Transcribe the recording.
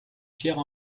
pierre